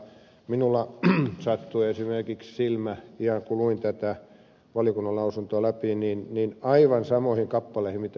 minulla sattui silmä ihan kun luin tätä valiokunnan lausuntoa läpi aivan samoihin kappaleisiin kuin mitä ed